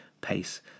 pace